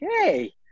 hey